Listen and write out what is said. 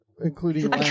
Including